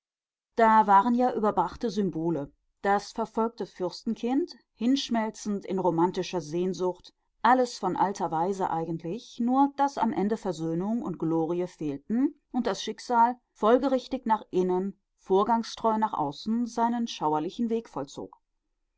da waren ja überbrachte symbole das verfolgte fürstenkind hinschmelzend in romantischer sehnsucht alles von alter weise eigentlich nur daß am ende versöhnung und glorie fehlten und das schicksal folgerichtig nach innen vorgangstreu nach außen seinen schauerlichen weg vollzog